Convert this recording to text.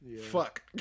Fuck